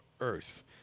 Earth